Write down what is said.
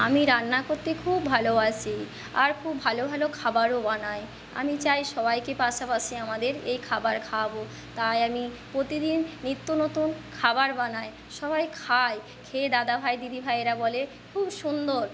আমি রান্না করতে খুব ভালোবাসি আর খুব ভালো ভালো খাবারও বানাই আমি চাই সবাইকে পাশাপাশি আমাদের এই খাবার খাওয়াবো তাই আমি প্রতিদিন নিত্যনতুন খাবার বানাই সবাই খায় খেয়ে দাদাভাই দিদিভাইরা বলে খুব সুন্দর